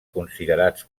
considerats